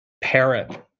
parrot